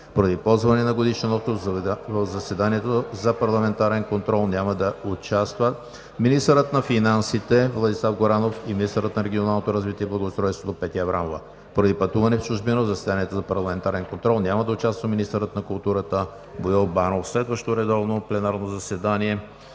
Поради ползване на годишен отпуск в заседанието за парламентарен контрол няма да участват министърът на финансите Владислав Горанов и министърът на регионалното развитие и благоустройството Петя Аврамова. Поради пътуване в чужбина в заседанието за парламентарен контрол няма да участва министърът на културата Боил Банов. Следващото редовно пленарно заседание